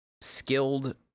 skilled